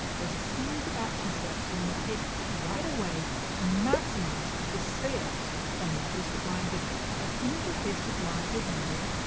there's a series of action steps you want to take right away to maximize the sales from your facebook live videos. as soon as your facebook live has ended,